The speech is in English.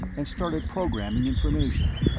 and started programming information.